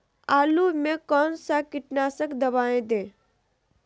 आलू में कौन सा कीटनाशक दवाएं दे?